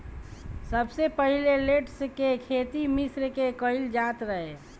सबसे पहिले लेट्स के खेती मिश्र में कईल जात रहे